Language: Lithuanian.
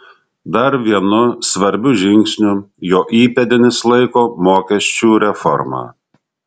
dar vienu svarbiu žingsniu jo įpėdinis laiko mokesčių reformą